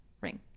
ring